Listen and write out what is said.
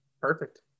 Perfect